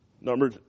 Number